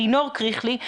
אלינור קריכלי,